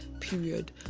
period